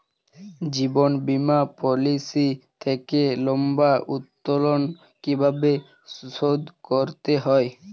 জীবন বীমা পলিসি থেকে লম্বা উত্তোলন কিভাবে শোধ করতে হয়?